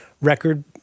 record